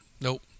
Nope